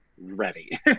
ready